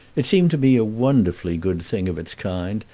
it seemed to me a wonderfully good thing of its kind,